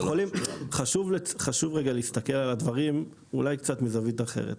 חשוב רגע להסתכל על הדברים אולי קצת מזווית אחרת.